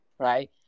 Right